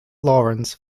lawrence